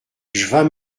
j’vas